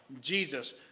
Jesus